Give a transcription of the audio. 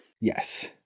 Yes